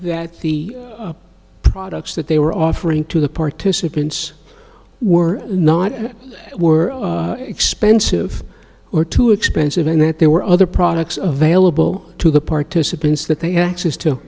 that the products that they were offering to the participants were not and were expensive or too expensive and that there were other products of vailable to the participants that they had access to